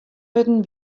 wurden